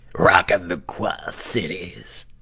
rocking the quad cities!